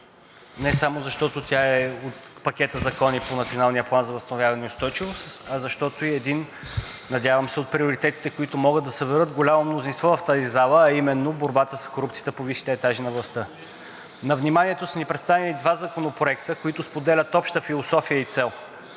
не само защо тя е от пакета закони по Националния план за възстановяване и устойчивост, а защото е един, надявам се, от приоритетите, които могат да съберат голямо мнозинство в тази зала, а именно борбата с корупцията по висшите етажи на властта. На вниманието ни са представени два законопроекта, които споделят обща философия и цел.